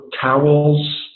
towels